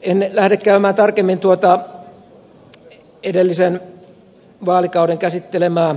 en lähde käymään tarkemmin tuota edellisellä vaalikaudella käsiteltyä